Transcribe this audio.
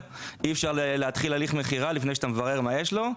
אי-אפשר להתחיל הליך מכירה לפני שאתה מברר מה יש לו,